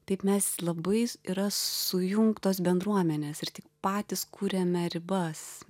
taip mes labai yra sujungtos bendruomenės ir tik patys kuriame ribas